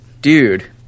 dude